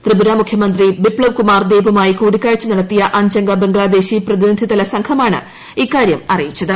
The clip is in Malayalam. ത്രിപുര മുഖ്യമന്ത്രി ബിപ്തവ് കുമാർ ദേബുമായി കൂടിക്കാഴ്ച നട്ടത്തിയ അഞ്ചംഗ ബംഗ്ളാദേശി പ്രതിനിധി സംഘമാണ് ഇക്കാര്യം അറീയിച്ചത്